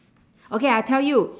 okay I tell you